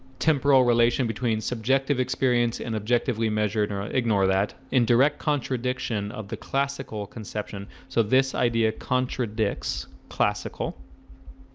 temporal relation between subjective experience and objectively measured or ignore that in direct contradiction of the classical conception so this idea? contradicts classical